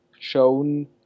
shown